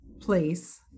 place